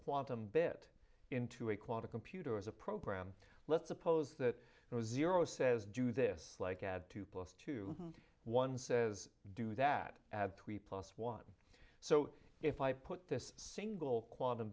quantum bit into a quantum computer as a program let's suppose that it was zero says do this like add two plus two one says do that add three plus one so if i put this single quantum